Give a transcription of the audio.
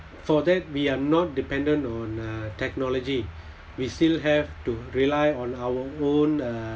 for that we are not dependent on uh technology we still have to rely on our own uh